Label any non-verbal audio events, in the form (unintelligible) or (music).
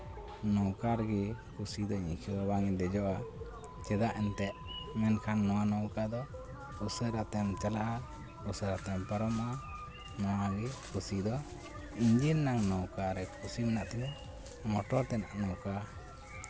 ᱱᱚᱝᱠᱟ ᱨᱮᱜᱮ ᱠᱩᱥᱤ ᱫᱚᱧ ᱟᱹᱭᱠᱟᱹᱣᱟ ᱵᱟᱝ ᱤᱧ ᱫᱮᱡᱚᱜᱼᱟ ᱪᱮᱫᱟᱜ ᱮᱱᱛᱮᱜ ᱱᱚᱣᱟ ᱱᱚᱝᱠᱟ ᱫᱚ ᱩᱥᱟᱹᱨᱟ ᱛᱮᱢ ᱪᱟᱞᱟᱜᱼᱟ ᱩᱥᱟᱹᱨᱟ ᱛᱮᱢ ᱯᱟᱨᱚᱢᱚᱜᱼᱟ ᱱᱚᱣᱟᱜᱮ ᱠᱩᱥᱤ ᱫᱚ (unintelligible) ᱱᱚᱝᱠᱟ ᱨᱮ ᱠᱩᱥᱤ ᱢᱮᱱᱟᱜ ᱛᱤᱧᱟ ᱢᱚᱴᱚᱨ ᱛᱮᱱᱟᱜ ᱱᱚᱝᱠᱟ